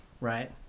Right